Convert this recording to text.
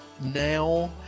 Now